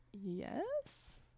Yes